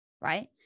right